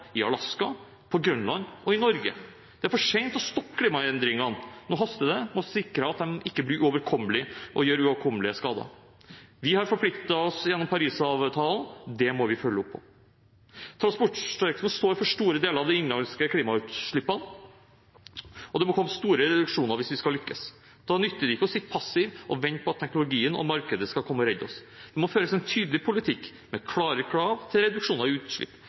i Alaska, på Grønland og i Norge. Det er for sent å stoppe klimaendringene, nå haster det med å sikre at de ikke gjør uoverkommelige skader. Vi har forpliktet oss gjennom Parisavtalen, og det må vi følge opp. Transportsektoren står for store deler av de innenlandske klimautslippene, og det må komme store reduksjoner hvis vi skal lykkes. Da nytter det ikke å sitte passivt og vente på at teknologien og markedet skal komme og redde oss. Det må føres en tydelig politikk, med klare krav til reduksjoner av utslipp.